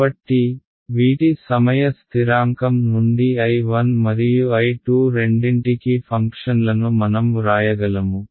కాబట్టి వీటి సమయ స్థిరాంకం నుండి I 1 మరియు I 2 రెండింటికీ ఫంక్షన్లను మనం వ్రాయగలము